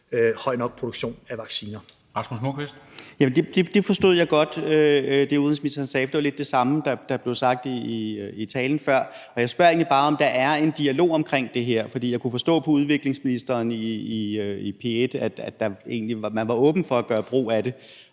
Nordqvist. Kl. 14:39 Rasmus Nordqvist (SF): Det forstod jeg godt, altså det, udenrigsministeren sagde, for det var lidt det samme, der blev sagt i talen før. Og jeg spørger egentlig bare, om der er en dialog omkring det her. For jeg kunne forstå på udviklingsministeren i P1-programmet, at man egentlig var åben over for at gøre brug af det.